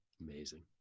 Amazing